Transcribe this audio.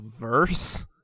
verse